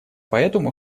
поэтому